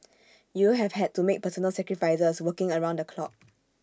you have had to make personal sacrifices working around the clock